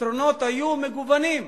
הפתרונות היו מגוונים: